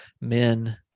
men